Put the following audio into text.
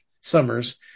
Summers